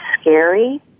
scary